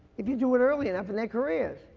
if you do it early enough in their career.